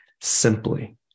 simply